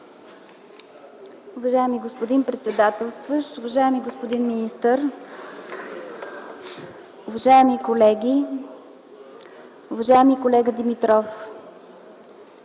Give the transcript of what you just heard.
Уважаеми господин председателстващ, уважаеми господин министър, уважаеми колеги, уважаеми колега Димитров!